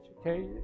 okay